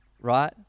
right